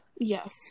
Yes